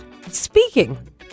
Speaking